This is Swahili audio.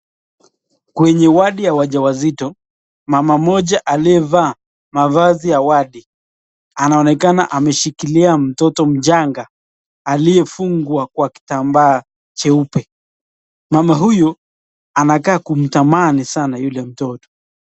Kwenye wadi ya wajawazito, mama mmoja aliyevaa mavazi ya wadi anaonekana ameshikilia mtoto mchanga aliyefungwa kwa kitambaa cheupe, mama huyu anakaa kumtamani sana yule mtoto.